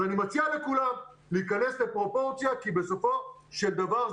אז אני מציע לכולם להיכנס לפרופורציות כי בסופו של דבר,